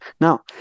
Now